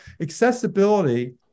accessibility